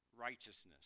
righteousness